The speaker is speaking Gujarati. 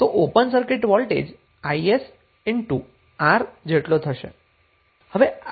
તો ઓપન સર્કિટ વોલ્ટેજ isR જેટલો થશે